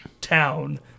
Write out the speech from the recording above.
town